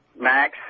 max